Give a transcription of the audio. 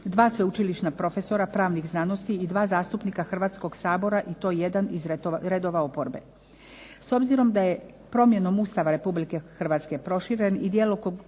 2 sveučilišna profesora pravnih znanosti i 2 zastupnika Hrvatskog sabora i to jedan iz redova oporbe. S obzirom da je promjenom Ustava Republike Hrvatske proširen i djelokrug